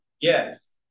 Yes